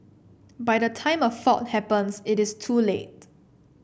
by the time a fault happens it is too late